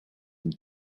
dem